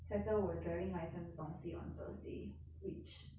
settle 我的 driving license 的东西 on thursday which